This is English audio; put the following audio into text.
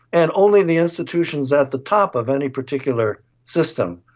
and only the institutions at the top of any particular system.